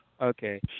Okay